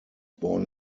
born